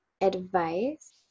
advice